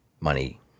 money